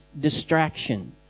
distraction